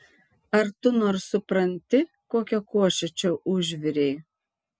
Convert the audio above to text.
ar tu nors supranti kokią košę čia užvirei